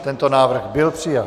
Tento návrh byl přijat.